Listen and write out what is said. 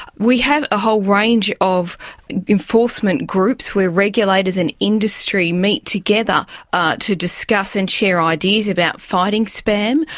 we have a whole range of enforcement groups where regulators and industry meet together to discuss and share ideas about fighting spam.